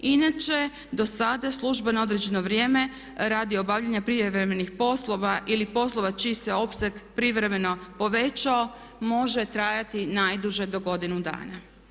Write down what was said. Inače do sada službeno određeno vrijeme radi obavljanja prijevremenih poslova ili poslova čiji se opseg privremeno povećao može trajati najduže do godinu dana.